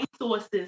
resources